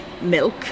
milk